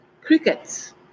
crickets